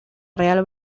real